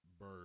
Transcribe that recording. bird